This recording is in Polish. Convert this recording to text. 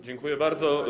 Dziękuję bardzo.